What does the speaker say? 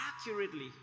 accurately